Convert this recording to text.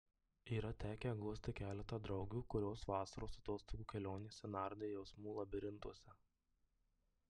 yra tekę guosti keletą draugių kurios vasaros atostogų kelionėse nardė jausmų labirintuose